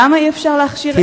למה אי-אפשר להכשיר?